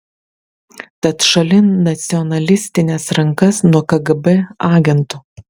tad šalin nacionalistines rankas nuo kgb agentų